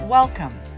Welcome